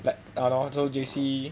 but !hannor! so J_C